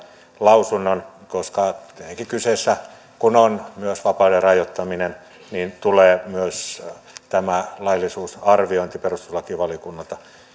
lausunnon koska tietenkin kun kyseessä on myös vapauden rajoittaminen niin tulee myös tämä laillisuusarviointi perustuslakivaliokunnan